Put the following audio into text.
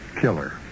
killer